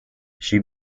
she